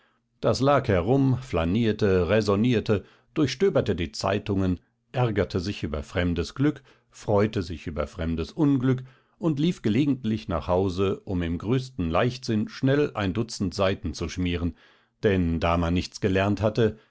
das lag herum flanierte räsonierte durchstöberte die zeitungen ärgerte sich über fremdes glück freute sich über fremdes unglück und lief gelegentlich nach hause um im größten leichtsinn schnell ein dutzend seiten zu schmieren denn da man nichts gelernt hatte